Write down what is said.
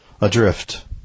adrift